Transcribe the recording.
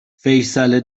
فیصله